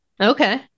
Okay